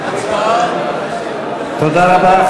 תודה רבה.